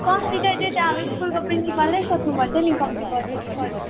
कम्ती त त्यो त अब स्कुलको प्रिन्सिपललाई सोध्नुपर्छ नि कम्ती गर्छ कि गर्दैन